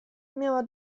miała